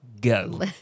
go